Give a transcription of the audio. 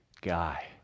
guy